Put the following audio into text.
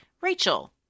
Rachel